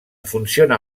funciona